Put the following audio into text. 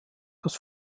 das